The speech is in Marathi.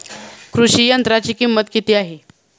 कृषी यंत्राची किंमत किती आहे?